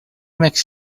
makes